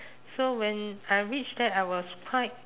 so when I reached there I was quite